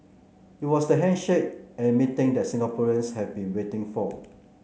it was the handshake and meeting that Singaporeans have been waiting for